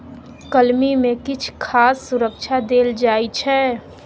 कलमी मे किछ खास सुरक्षा देल जाइ छै